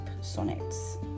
sonnets